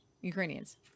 Ukrainians